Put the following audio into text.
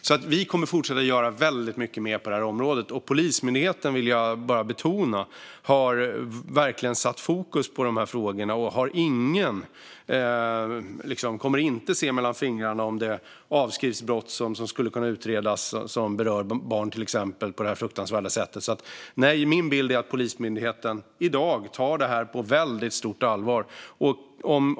Vi kommer alltså att fortsätta att göra väldigt mycket mer på området. Jag vill betona att Polismyndigheten verkligen har de här frågorna i fokus, och man kommer inte att se mellan fingrarna om det avskrivs brott som skulle kunna utredas som berör barn till exempel på det här fruktansvärda sättet. Nej, min bild är att Polismyndigheten i dag tar det här på väldigt stort allvar.